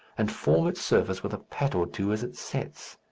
and form its surface with a pat or two as it sets.